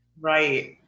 Right